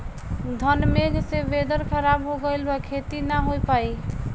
घन मेघ से वेदर ख़राब हो गइल बा खेती न हो पाई